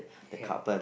yeah